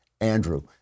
Andrew